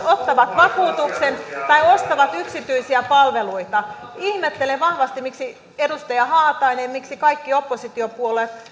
ottavat vakuutuksen tai ostavat yksityisiä palveluita ihmettelen vahvasti miksi edustaja haatainen ja miksi kaikki oppositiopuolueet